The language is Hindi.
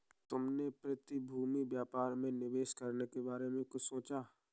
तुमने प्रतिभूति व्यापार में निवेश करने के बारे में कुछ सोचा?